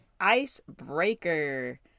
Icebreaker